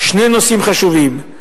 בשני נושאים חשובים,